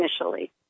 initially